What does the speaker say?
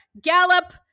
gallop